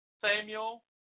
Samuel